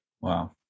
Wow